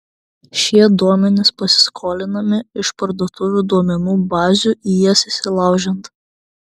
šie duomenys pasiskolinami iš parduotuvių duomenų bazių į jas įsilaužiant